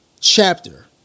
chapter